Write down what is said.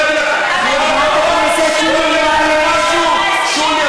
אני רוצה להגיד לך עוד משהו, שולי.